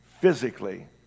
physically